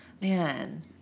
Man